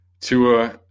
Tua